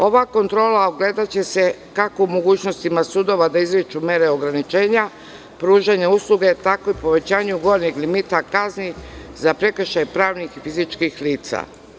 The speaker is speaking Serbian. Ova kontrola ogledaće se kako u mogućnostima sudova da izriču mere ograničenja, pružanju usluga je takvo povećanje gornjeg limita kazni za prekršaje pravnih i fizičkih lica.